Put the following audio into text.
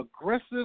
aggressive